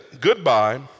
goodbye